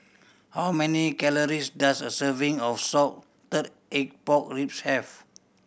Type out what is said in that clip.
how many calories does a serving of salted egg pork ribs have